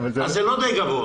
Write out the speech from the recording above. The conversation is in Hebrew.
שוב, זה תלוי בכל משפחה.